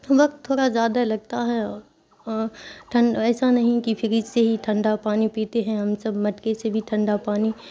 وقت تھوڑا زیادہ لگتا ہے اور ٹھنڈ ایسا نہیں کہ فریج سے ہی ٹھنڈا پانی پیتے ہیں ہم سب مٹکے سے بھی ٹھنڈا پانی